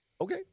Okay